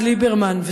אז ליברמן,